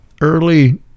early